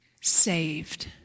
Saved